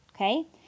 okay